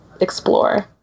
explore